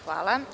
Hvala.